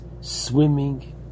swimming